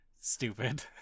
stupid